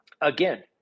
Again